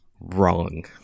wrong